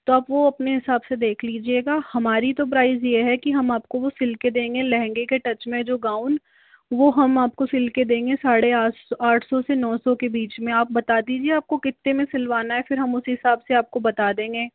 तो आप वह अपने हिसाब से देख लीजियेगा हमारी तो प्राइस यह है कि हम आपको वो सील के देंगे लहंगे के टच में जो गाउन वह हम आपको सील के देंगे साढ़े आस आठ सौ से नौ सौ के बीच में आप बता दीजिए आपको कितने में सिलवाना है फिर हम उसी हिसाब से आपको बता देंगे